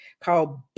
called